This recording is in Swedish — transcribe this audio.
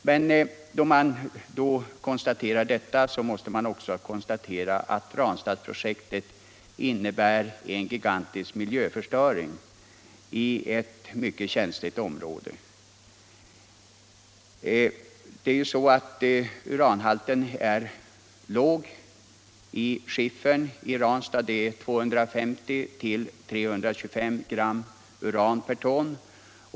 Men samtidigt måste man konstatera Torsdagen den att Ranstadsprojektet innebär en gigantisk miljöförstöring i ett mycket 27 november 1975 känsligt område. Uranhalten är låg i skiffern i Ranstad — mellan 250 och 325 gram uran per ton.